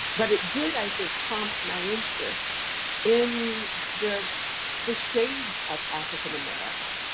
but it did i think prompt my interest in the the shades of african america,